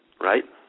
right